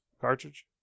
cartridge